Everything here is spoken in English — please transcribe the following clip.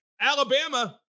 alabama